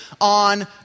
on